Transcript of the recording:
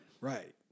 Right